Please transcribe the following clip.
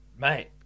Mate